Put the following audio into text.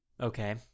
Okay